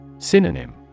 Synonym